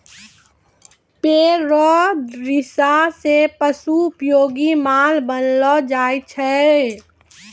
पेड़ रो रेशा से पशु उपयोगी माल बनैलो जाय छै